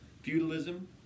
feudalism